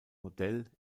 modell